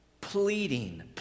pleading